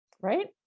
right